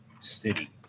city